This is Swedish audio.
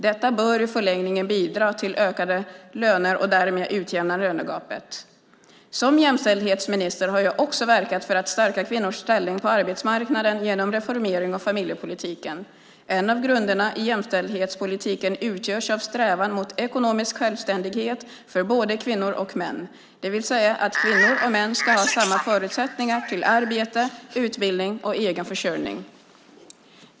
Detta bör i förlängningen bidra till ökade löner och därmed utjämna lönegapet. Som jämställdhetsminister har jag också verkat för att stärka kvinnors ställning på arbetsmarknaden genom reformering av familjepolitiken. En av grunderna i jämställdhetspolitiken utgörs av strävan mot ekonomisk självständighet för både kvinnor och män, det vill säga att kvinnor och män ska ha samma förutsättningar till arbete, utbildning och egen försörjning.